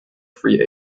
free